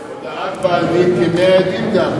הודאת בעל דין כמאה עדים דמי.